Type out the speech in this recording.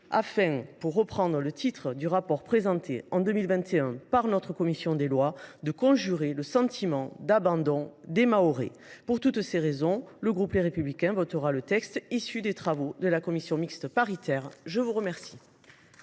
afin, en reprenant l’intitulé du rapport d’information élaboré en 2021 par notre commission des lois, de « conjurer le sentiment d’abandon des Mahorais ». Pour toutes ces raisons, le groupe Les Républicains votera le texte issu des travaux de la commission mixte paritaire. La parole